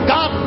God